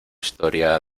historia